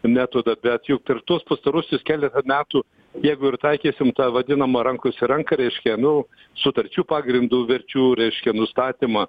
metodą bet juk per tuos pastaruosius keleta metų jeigu ir taikysim tą vadinamą rankos į ranką reiškia nu sutarčių pagrindu verčių reiškia nustatymą